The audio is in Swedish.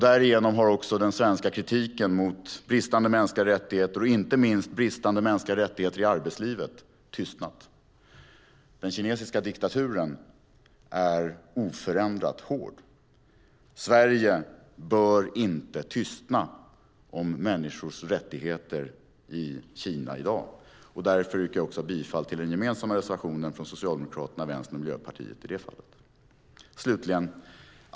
Därigenom har också den svenska kritiken mot bristande mänskliga rättigheter, inte minst bristande mänskliga rättigheter i arbetslivet, tystnat. Den kinesiska diktaturen är oförändrat hård. Sverige bör inte tystna om människors rättigheter i Kina i dag. Därför yrkar jag också bifall till den gemensamma reservationen 8 från Socialdemokraterna, Vänstern och Miljöpartiet i det fallet.